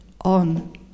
on